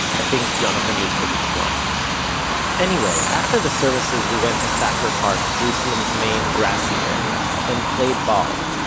i think yonatan yodkuvich won anyway, after the services we went to sacher park, jerusalem's main grassy area, and played ball.